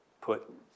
put